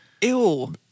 Ew